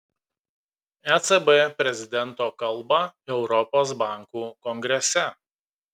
ecb prezidento kalbą europos bankų kongrese